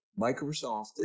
Microsoft